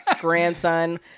grandson